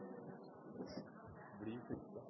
blir bedre da.